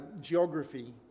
geography